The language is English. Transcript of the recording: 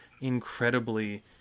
incredibly